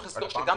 צריך לזכור שגם